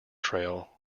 trail